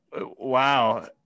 Wow